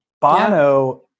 Bono